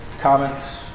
comments